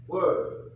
Word